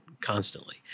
constantly